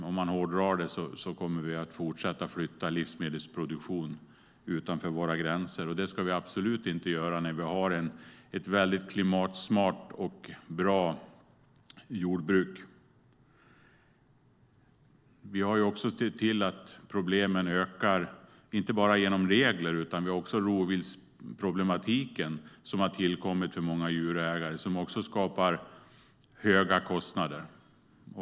Om man hårdrar det kommer vi att fortsätta att flytta livsmedelsproduktion utanför våra gränser. Det ska vi absolut inte göra när vi har ett så klimatsmart och bra jordbruk. Vi har sett till att problemen ökar, inte bara genom regler. Rovviltsproblematiken har tillkommit för många djurägare, och det skapar höga kostnader.